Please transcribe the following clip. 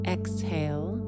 Exhale